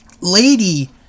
Lady